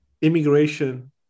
immigration